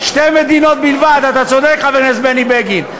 שתי מדינות בלבד, חבר הכנסת בני בגין.